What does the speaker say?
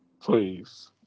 Please